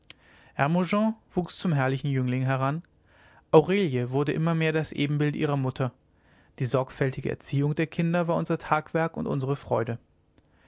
wuchs zum herrlichen jüngling heran aurelie wurde immer mehr das ebenbild ihrer mutter die sorgfältige erziehung der kinder war unser tagewerk und unsere freude